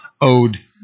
owed